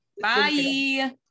bye